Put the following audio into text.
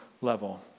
level